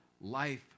life